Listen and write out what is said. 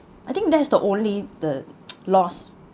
I think that's the only the loss